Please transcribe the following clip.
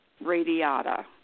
radiata